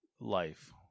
life